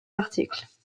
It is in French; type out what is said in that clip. articles